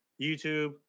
YouTube